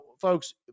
folks